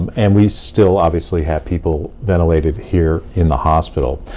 and we still, obviously, have people ventilated here in the hospital.